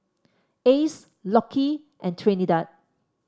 Ace Lockie and Trinidad